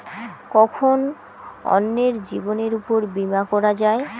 কখন অন্যের জীবনের উপর বীমা করা যায়?